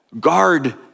Guard